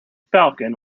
falcon